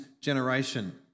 generation